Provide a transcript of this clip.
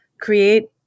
create